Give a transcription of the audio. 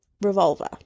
revolver